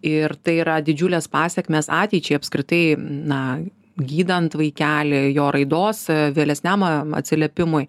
ir tai yra didžiulės pasekmės ateičiai apskritai na gydant vaikelį jo raidos vėlesniam atsiliepimui